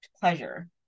pleasure